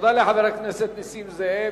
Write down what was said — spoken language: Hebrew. תודה לחבר הכנסת נסים זאב.